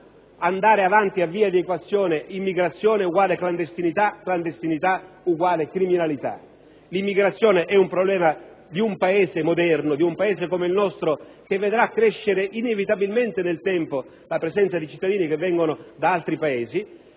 andare avanti con equazioni del tipo: immigrazione uguale clandestinità; clandestinità uguale criminalità. L'immigrazione è un problema di un paese moderno, di un paese come il nostro che vedrà crescere inevitabilmente nel tempo la presenza di cittadini stranieri.